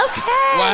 Okay